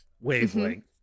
wavelength